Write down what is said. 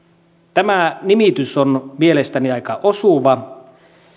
tämä nimitys on mielestäni aika osuva